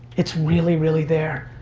it's really really there.